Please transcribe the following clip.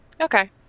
Okay